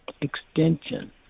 extension